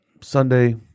Sunday